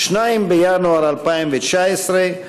2 בינואר 2019,